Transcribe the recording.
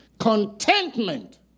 contentment